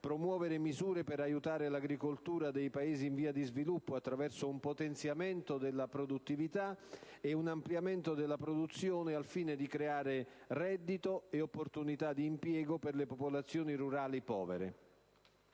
promuovere misure per aiutare l'agricoltura dei Paesi in via di sviluppo attraverso un potenziamento della produttività e un ampliamento della produzione, al fine di creare reddito e opportunità di impiego per le popolazioni rurali povere.